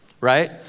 right